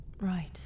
Right